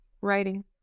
writing